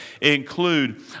include